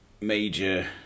major